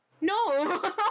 No